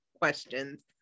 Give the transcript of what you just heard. questions